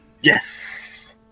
yes